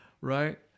Right